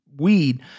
Weed